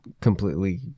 completely